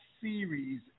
series